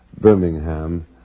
Birmingham